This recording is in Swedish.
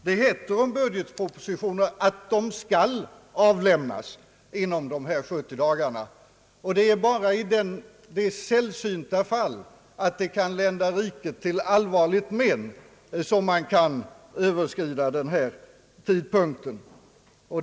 Det heter om budgetpropositioner att de skall avlämnas inom dessa 70 dagar, och det är bara i det sällsynta fallet att det annars kan lända riket till allvarligt men som man kan överskrida denna: tidsgräns.